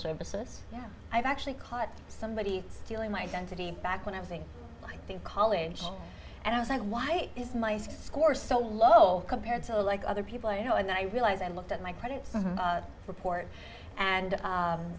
services i've actually caught somebody stealing my identity back when i was in college and i was like why is my score so low compared to like other people you know and then i realized i looked at my credit report and